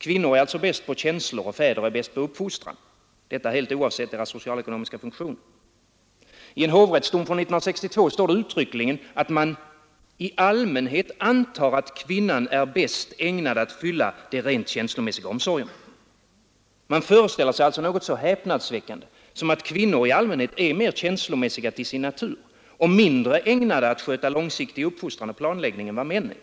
Kvinnor är bäst på känslor, fäder är bäst på uppfostran — detta helt oavsett deras socialekonomiska funktioner. I en hovrättsdom från 1962 står det uttryckligen att man i allmänhet antar att kvinnan är bäst ägnad att fullgöra de rent känslomässiga omsorgerna. Man föreställer sig alltså något så häpnadsväckande som att kvinnor i allmänhet är mer känslomässiga till sin natur och mindre ägnade att sköta långsiktig uppfostran och planläggning än vad män är.